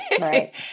Right